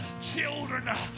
children